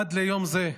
עד ליום זה,